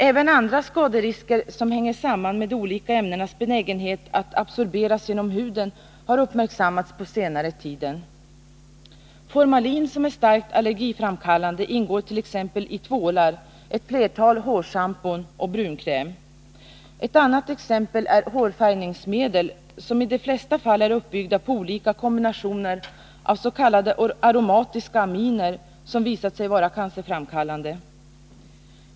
Även andra skaderisker som hänger samman med de olika ämnenas benägenhet att absorberas genom huden har uppmärksammats på senare tid. Formalin, som är starkt allergiframkallande, ingår t.ex. i tvålar, ett flertal hårschampon och brunkräm. Ett annat exempel är hårfärgningsmedel, som i de flesta fall är uppbyggda på olika kombinationer av s.k. aromatiska aminer som visat sig vara cancerframkallande.